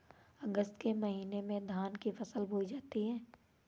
अगस्त के महीने में धान की फसल बोई जाती हैं